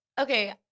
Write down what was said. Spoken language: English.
okay